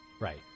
Right